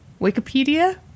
Wikipedia